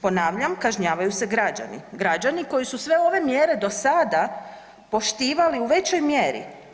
Ponavljam, kažnjavaju se građani, građani koji su sve ove mjere do sada poštivali u većoj mjeri.